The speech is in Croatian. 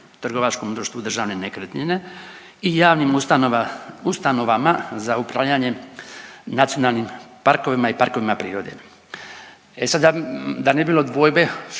trgovačkom društvu Državne nekretnine i javnim ustanovama za upravljanje nacionalnim parkovima i parkovima prirode. E sada da ne bi bilo dvojbe